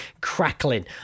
crackling